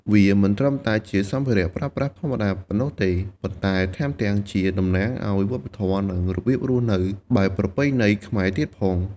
វាមិនត្រឹមតែជាសម្ភារៈប្រើប្រាស់ធម្មតាប៉ុណ្ណោះទេ ប៉ុន្តែថែមទាំងជាតំណាងឱ្យវប្បធម៌ និងរបៀបរស់នៅបែបប្រពៃណីខ្មែរទៀតផង។